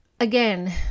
again